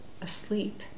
asleep